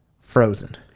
Frozen